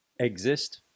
Exist